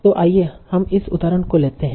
तो आइए हम इस उदाहरण को लेते हैं